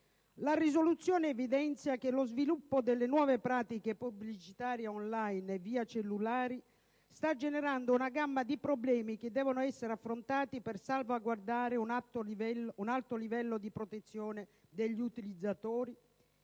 La risoluzione evidenzia che lo sviluppo delle nuove pratiche pubblicitarie *on line* e via cellulare sta generando una gamma di problemi che devono essere affrontati per salvaguardare un alto livello di protezione degli utilizzatori.